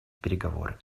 переговоры